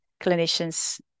clinicians